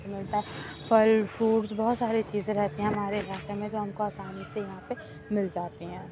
ملتا ہے پھل فروٹس بہت ساری چیزیں رہتی ہیں ہمارے علاقے میں جو ہم کو آسانی سے یہاں پہ مل جاتی ہیں